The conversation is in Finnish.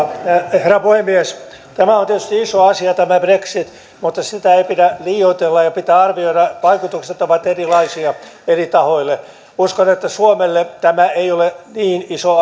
herra puhemies tämä brexit on tietysti iso asia mutta sitä ei pidä liioitella sitä pitää arvioida vaikutukset ovat erilaisia eri tahoille uskon että suomelle tämä ei ole niin iso